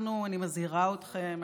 אני מזהירה אתכם,